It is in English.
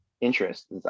interest